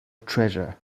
treasure